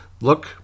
look